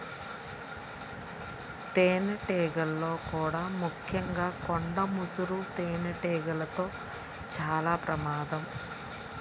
తేనెటీగల్లో కూడా ముఖ్యంగా కొండ ముసురు తేనెటీగలతో చాలా ప్రమాదం